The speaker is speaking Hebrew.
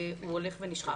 הולך ונשחק.